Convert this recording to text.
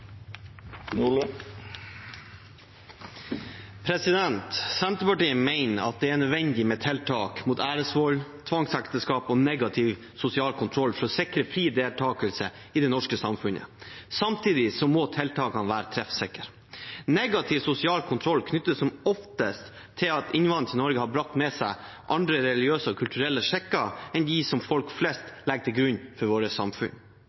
Senterpartiet mener at det er nødvendig med tiltak mot æresvold, tvangsekteskap og negativ sosial kontroll for å sikre fri deltakelse i det norske samfunnet. Samtidig må tiltakene være treffsikre. Negativ sosial kontroll knyttes som oftest til at innvandrere til Norge har brakt med seg andre religiøse og kulturelle skikker enn dem som folk flest legger til grunn for